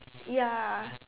ya